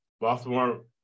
Baltimore